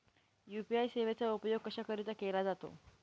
UPI सेवेचा उपयोग कशाकरीता केला जातो?